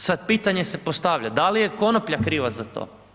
E, sad pitanje se postavlja da li je konoplja kriva za to?